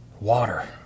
Water